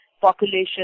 population